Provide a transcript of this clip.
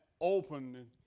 open